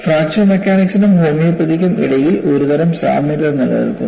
fracture മെക്കാനിക്സിനും ഹോമിയോപ്പതിക്കും ഇടയിൽ ഒരുതരം സാമ്യത നിലനിൽക്കുന്നു